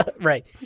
right